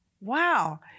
Wow